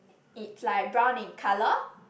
it's like brown in colour